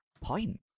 point